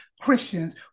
Christians